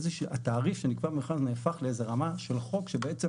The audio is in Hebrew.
שהתעריף שנקבע במכרז נהפך לאיזה רמה של חוק שבעצם